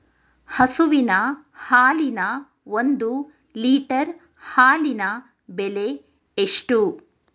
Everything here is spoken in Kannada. ಹಸುವಿನ ಹಾಲಿನ ಒಂದು ಲೀಟರ್ ಹಾಲಿನ ಬೆಲೆ ಎಷ್ಟು?